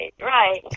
right